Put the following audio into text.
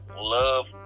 love